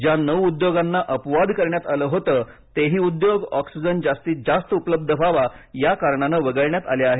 ज्या नऊ उद्योगांना अपवाद करण्यात आलं होतं तेही उद्योग ऑक्सिजन जास्तीत उपलब्ध व्हावा या कारणानं वगळण्यात आले आहेत